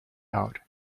out